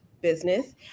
business